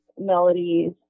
melodies